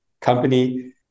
company